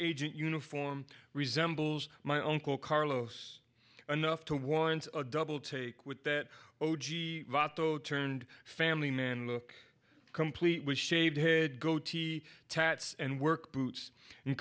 agent uniform resembles my uncle carlos enough to warrant a double take with that votto turned family man look completely shaved head goatee tats and work boots and